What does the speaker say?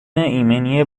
ایمنی